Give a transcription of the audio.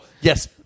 yes